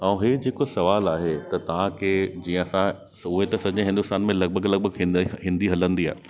अऊं हे जेको सवाल आहे त तहांखे जीअं असां उए त सॼे हिंदुस्तान में लगभग लगभग हिन हिंदी हलंदी आ